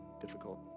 difficult